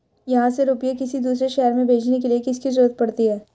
यहाँ से रुपये किसी दूसरे शहर में भेजने के लिए किसकी जरूरत पड़ती है?